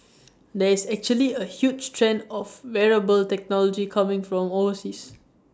there is actually A huge trend of wearable technology coming from overseas